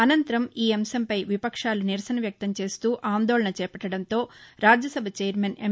అసంతరం ఈ అంశంపై విపక్షాలు నిరసన వ్యక్తంచేస్తూ అందోళన చేపట్టడంతో రాజ్యసభ వైర్మన్ ఎం